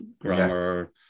grammar